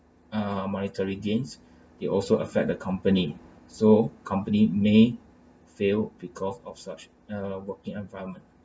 err monetary gains they also affect the company so company may fail because of such uh working environment